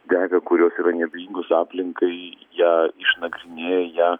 dega kurios yra neabejingos aplinkai ją išnagrinėja ją